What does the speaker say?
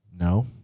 No